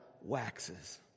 waxes